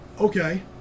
Okay